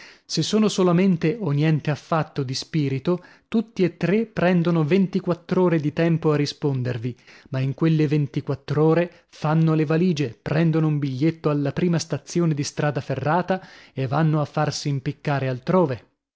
se sono solamente o niente affatto di spirito tutti e tre prendono ventiquattr'ore di tempo a rispondervi ma in quelle ventiquattr'ore fanno le valigie prendono un biglietto alla prima stazione di strada ferrata e vanno a farsi impiccare altrove